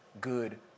good